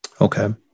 Okay